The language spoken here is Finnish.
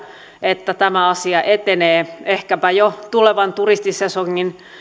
että tämä asia etenee ehkäpä jo tulevan turistisesongin